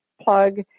plug